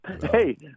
Hey